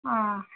ஆ